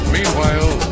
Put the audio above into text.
Meanwhile